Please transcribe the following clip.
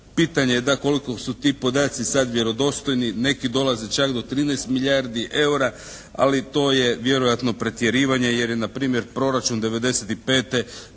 Pitanje je da koliko su ti podaci sad vjerodostojni? Neki dolaze čak do 13 milijardi EUR-a ali to je vjerojatno pretjerivanje jer je na primjer proračun 1995.